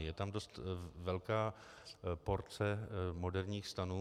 Je tam dost velká porce moderních stanů.